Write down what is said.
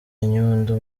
nyundo